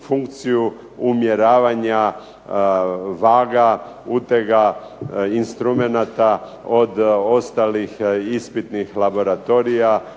funkciju umjeravanja vaga, utega, instrumenata od ostalih ispitnih laboratorija